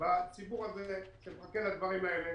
בציבור הזה שמחכה לדברים האלה